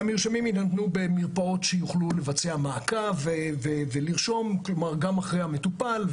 המרשמים יינתנו במרפאות שיוכלו לבצע מעקב גם אחרי המטופל,